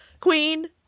queen